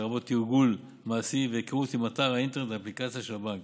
לרבות תרגול מעשי והיכרות עם אתר האינטרנט או האפליקציה של הבנק.